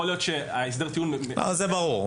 יכול להיות שהסדר הטיעון --- זה ברור.